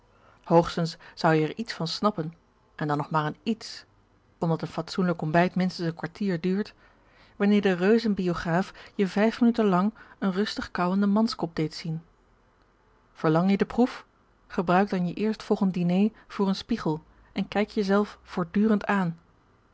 hoogstens zou je er iets van snappen en dan nog maar een iets omdat een fatsoenlijk ontbijt minstens een kwartier duurt wanneer de reuzen biograaf je vijf minuten lang een rustig kauwenden manskop deed zien verlang je de proef gebruik dan je eerstvolgend diner voor een spiegel en kijk je zelf voortdurend aan